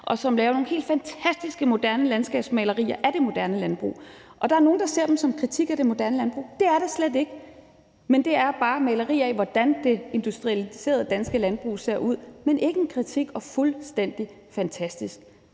og som laver nogle helt fantastiske moderne landskabsmalerier af det moderne landbrug. Der nogle, der ser dem som en kritik af det danske landbrug – det er de slet ikke. Det er bare malerier af, hvordan det industrialiserede danske landbrug ser ud, men det er ikke en kritik, og de er fuldstændig fantastiske.